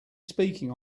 speaking